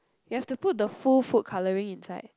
you have to put the full food coloring inside